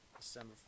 December